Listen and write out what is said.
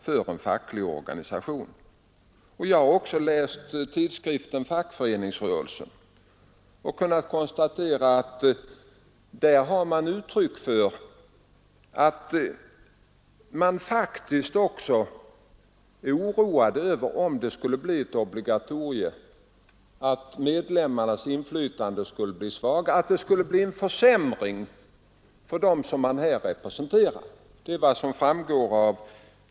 Jag har kunnat konstatera att man i tidskriften Fackföreningsrörelsen faktiskt givit uttryck för oro inför möjligheten av att en försämring skulle bli följden för de medlemmar man representerar, om ett obligatorium skulle komma till stånd.